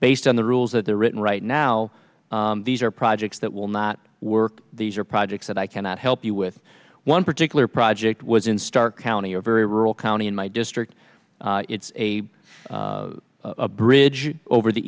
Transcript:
based on the rules that they're written right now these are projects that will not work these are projects that i cannot help you with one particular project was in stark county a very rural county in my district it's a bridge over the